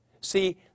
See